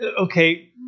okay